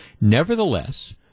Nevertheless